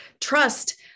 Trust